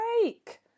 break